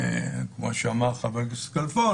כמו שאמר חבר הכנסת כלפון,